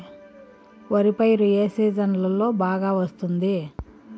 వరి పైరు ఏ సీజన్లలో బాగా వస్తుంది